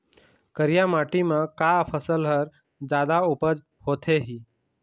करिया माटी म का फसल हर जादा उपज होथे ही?